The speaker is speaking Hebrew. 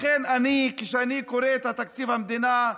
לכן, כשאני קורא את תקציב המדינה,